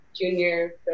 Junior